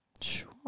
Sure